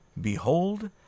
Behold